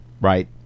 Right